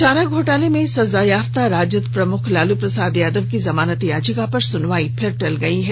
चारा घोटाले में सजायाफ्ता राजद प्रमुख लालू प्रसाद यादव की जमानत याचिका पर सुनवाई फिर टल गयी है